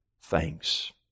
thanks